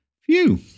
Phew